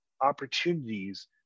opportunities